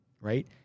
Right